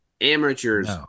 Amateurs